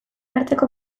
arteko